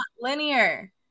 linear